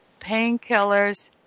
painkillers